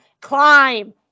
climb